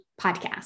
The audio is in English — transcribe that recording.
Podcast